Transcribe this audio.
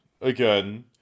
again